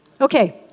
Okay